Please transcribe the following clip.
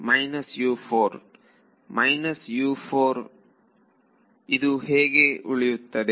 ವಿದ್ಯಾರ್ಥಿ ಇದು ಹಾಗೆ ಉಳಿಯುತ್ತದೆ